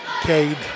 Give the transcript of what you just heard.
Cade